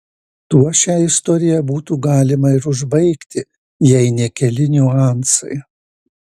tuo šią istoriją būtų galima ir užbaigti jei ne keli niuansai